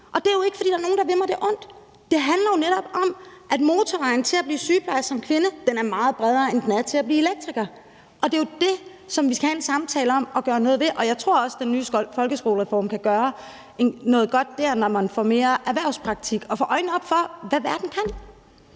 Og det er jo ikke, fordi der er nogen, der vil mig det ondt. Det handler jo netop om, at motorvejen til at blive sygeplejerske som kvinde er meget bredere, end den er til at blive elektriker. Det er jo det, vi skal have en samtale om og gøre noget ved. Og jeg tror også, at den nye folkeskolereform kan gøre noget godt der, når man får mere erhvervspraktik og får øjnene op for, hvad verden kan.